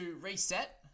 reset